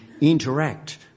interact